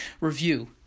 review